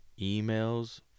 emails